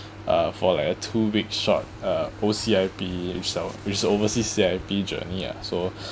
uh for like a two week short uh O_C_I_P in short it's overseas C_I_P journey ah so